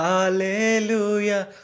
Hallelujah